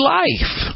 life